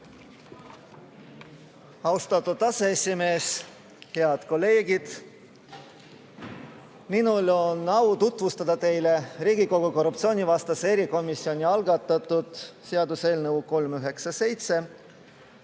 Austatud aseesimees! Head kolleegid! Minul on au tutvustada teile Riigikogu korruptsioonivastase erikomisjoni algatatud seaduseelnõu 397,